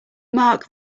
mark